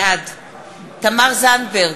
בעד תמר זנדברג,